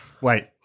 Wait